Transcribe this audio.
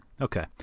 Okay